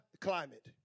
Climate